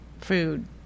food